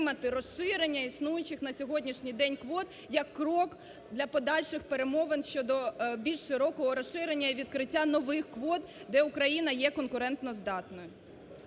розширення існуючих на сьогоднішній день квот я крок для подальших перемовин щодо більш широкого розширення і відкриття нових квот, де Україна є конкурентоздатною.